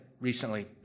recently